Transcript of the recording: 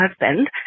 husband